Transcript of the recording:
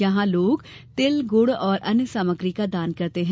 यहां लोग तिलगुड़ और अन्य सामग्री का दान करते है